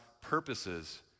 purposes